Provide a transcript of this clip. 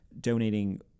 donating